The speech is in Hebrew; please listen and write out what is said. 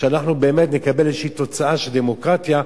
שאנחנו באמת נקבל איזושהי תוצאה של דמוקרטיה.